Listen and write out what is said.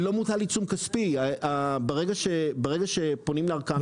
לא מוטל עיצום כספי, ברגע שברגע שפונים לערכאות.